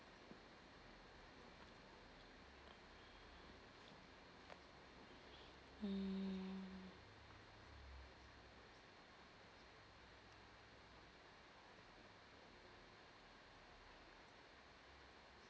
mm